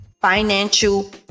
financial